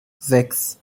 sechs